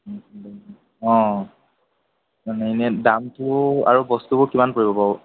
অ মানে এনে দামটো আৰু বস্তুবোৰ কিমান পৰিব বাৰু